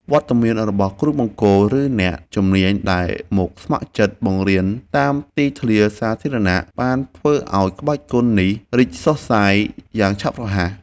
វត្តមានរបស់គ្រូបង្គោល ឬអ្នកជំនាញដែលមកស្ម័គ្រចិត្តបង្រៀនតាមទីធ្លាសាធារណៈ បានធ្វើឱ្យក្បាច់គុណនេះរីកសុះសាយយ៉ាងឆាប់រហ័ស។